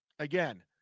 Again